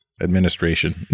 Administration